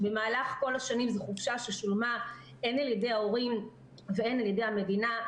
שבמהלך כל השנים זאת חופשה ששולמה הן על ידי ההורים והן על ידי המדינה.